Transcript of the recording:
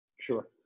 Sure